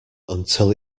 until